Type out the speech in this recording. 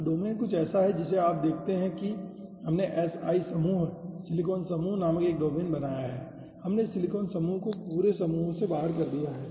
तो डोमेन कुछ ऐसा है जिसे आप देखते हैं कि हमने si समूह सिलिकॉन समूह नामक एक डोमेन बनाया है और हमने इस सिलिकॉन समूह को पूरे समूहों से बाहर कर दिया है